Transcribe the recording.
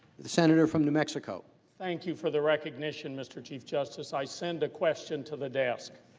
the senator from new mexico. thank you for the recognition mr. chief justice. i sent the question to the desk.